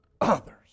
others